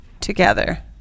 together